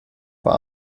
war